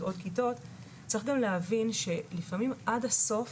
צריך גם להבין שלפעמים עד הסוף